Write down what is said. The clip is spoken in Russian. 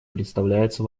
представляется